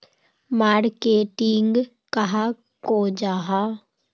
Marketing कहाक को जाहा?